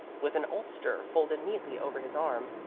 with an ulster folded neatly over his arm,